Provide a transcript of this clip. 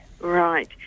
Right